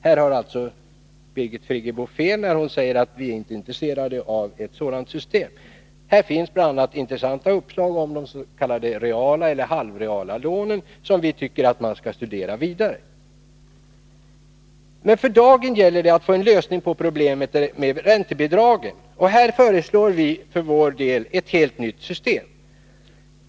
Birgit Friggebo har alltså fel när hon säger att vi inte är intresserade av ett sådant system. Här finns det intressanta uppslaget om de s.k. reala eller halvreala lånen att studera. Nu gäller det dock att få en lösning på problemet med räntebidragen, och här föreslår vi ett helt nytt system.